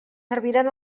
serviran